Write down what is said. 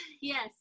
yes